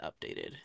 updated